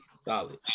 solid